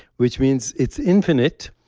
which means it's infinite,